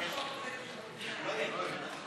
מתנגד אחד, אין נמנעים.